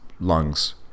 lungs